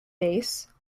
base